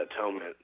atonement